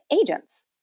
agents